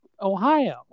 Ohio